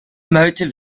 motor